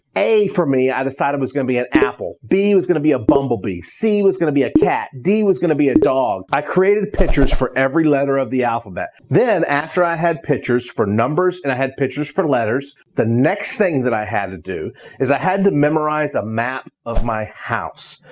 a for me, i decided was going to be an apple. b was going to be a bumblebee. c was going to be a cat. d was going to be a dog. i created pictures for every letter of the alphabet. then after i had pictures for numbers and i had pictures for letters, the next thing that i had to do is i had to memorize a map of my house.